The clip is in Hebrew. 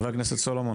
חבר הכנסת סולומון.